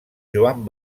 joan